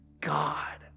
God